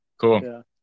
Cool